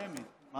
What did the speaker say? שמית?